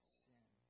sin